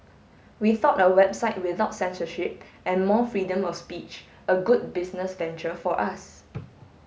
we thought a website without censorship and more freedom of speech a good business venture for us